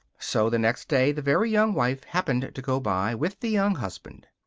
so the next day the very young wife happened to go by with the young husband.